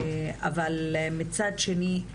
מצד שני,